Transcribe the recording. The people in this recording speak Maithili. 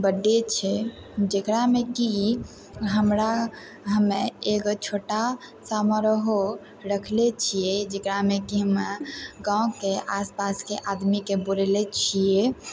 बर्थडे छै जेकरामे कि हमरा हमे एगो छोटा समारोह रखले छियै जेकरामे कि हमे गाँवके आसपासके आदमी के बोलयले छियै